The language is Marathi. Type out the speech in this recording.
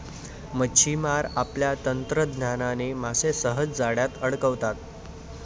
मच्छिमार आपल्या तंत्रज्ञानाने मासे सहज जाळ्यात अडकवतात